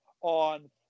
on